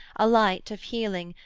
a light of healing,